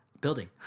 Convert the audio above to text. building